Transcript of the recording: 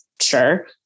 sure